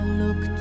look